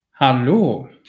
Hallo